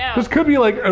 this could be like, ah